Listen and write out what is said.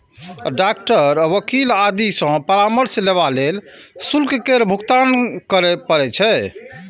doctor, वकील आदि सं परामर्श लेबा लेल शुल्क केर भुगतान करय पड़ै छै